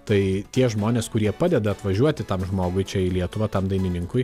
tai tie žmonės kurie padeda atvažiuoti tam žmogui čia į lietuvą tam dainininkui